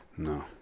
No